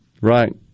Right